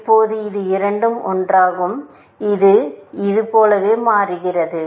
இப்போது இது இரண்டும் ஒன்றாகும் இது இது போலவே மாறுகிறது